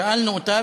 שאלנו אותה,